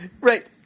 Right